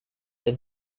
and